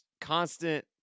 constant